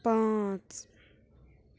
پانٛژ